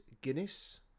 Guinness